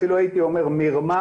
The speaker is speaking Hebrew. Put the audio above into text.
אפילו הייתי אומר מרמה,